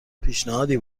پیشنهادی